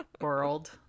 world